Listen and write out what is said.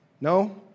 No